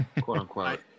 quote-unquote